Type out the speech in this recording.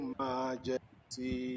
majesty